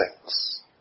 six